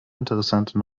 interessante